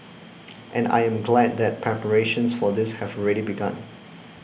and I am glad that preparations for this have already begun